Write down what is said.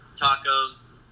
tacos